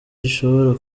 gishobora